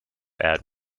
add